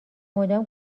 مدام